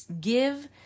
give